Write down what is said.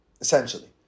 essentially